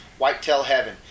whitetailheaven